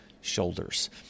shoulders